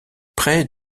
près